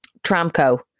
Tramco